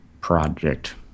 project